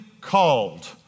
Called